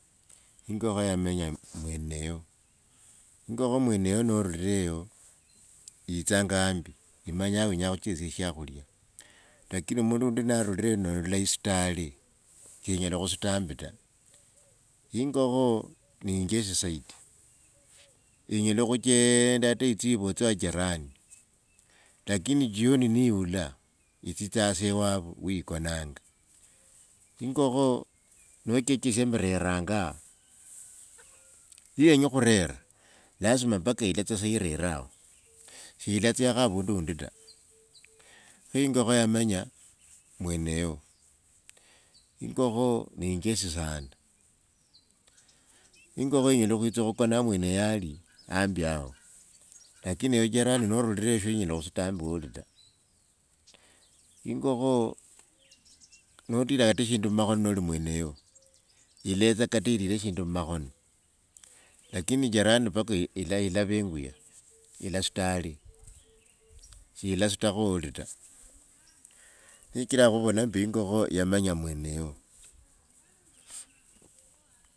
Ingokho yamenya mwene yo, ingokho mweneyo norulila eyo yitsanga hambi yimanya wenya khuchesya shakhulya. Lakini mundu undi narulila eyo nolola isuta yale, shenyela khusuta hambi ta. Ingokho ne injesi zaidi. Inyela khucheeenda hata itsie ivotse wa jirani lakini jioni ni yula yitsitsa tsa iwavo wi ikonanga. Ingokho nochiyechesia mreranga ha, niyenya khurera lasima mpaka ilatsya tsa irere aho. Shilatsyakho avundu undi ta kho ingokho yamanya mweneyo. Ingokho ne injesi sana. Ingokho inyela khwitsa khukona ha mweneyo ali hambi yao lakini ewe jirani norulila eyo shinyela khusuta hambi woli ta. Ingokho notira hata shindu mu makhono noli mweneyo iletsa kata ilire shindu mu makhono. Lakini jirani mpaka ila, ilavenguya, ilasuta ale, shilasutakho woli ta nisho shikira khuvola mbu ingokho yamenya mweneyo.